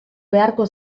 beharko